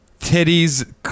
titties